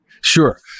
Sure